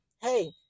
hey